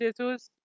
Jesus